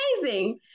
amazing